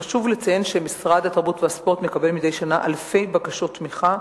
חשוב לציין שמשרד התרבות והספורט מקבל מדי שנה אלפי בקשות תמיכה,